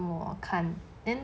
我看